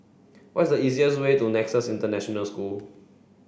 what is the easiest way to Nexus International School